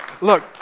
Look